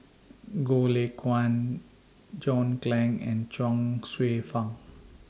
Goh Lay Kuan John Clang and Chuang Hsueh Fang